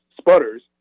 sputters